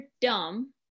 dumb